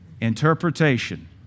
Interpretation